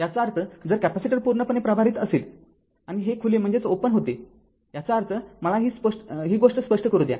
याचा अर्थ जर कॅपेसिटर पूर्णपणे प्रभारित असेल आणि हे खुले होते याचा अर्थ मला ही गोष्ट स्पष्ट करू द्या